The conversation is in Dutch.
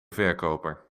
verkoper